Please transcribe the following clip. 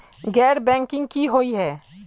गैर बैंकिंग की हुई है?